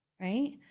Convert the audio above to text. right